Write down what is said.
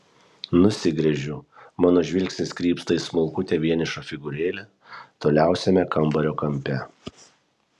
nusigręžiu mano žvilgsnis krypsta į smulkutę vienišą figūrėlę toliausiame kambario kampe